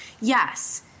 Yes